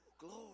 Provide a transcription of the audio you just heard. glory